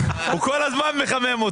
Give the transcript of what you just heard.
הם ירשמו את כל השאלות שלכם.